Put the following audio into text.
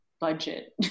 budget